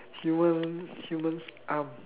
human humans arm